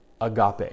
agape